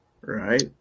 right